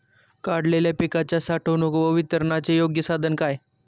काढलेल्या पिकाच्या साठवणूक व वितरणाचे योग्य साधन काय?